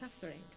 suffering